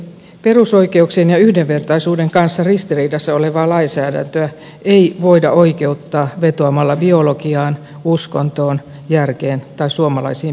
perusoikeuksien ja yhdenvertaisuuden kanssa ristiriidassa olevaa lainsäädäntöä ei voida oikeuttaa vetoamalla biologiaan uskontoon järkeen tai suomalaisiin perinteisiin